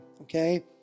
okay